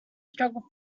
struggle